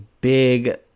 big